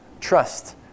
trust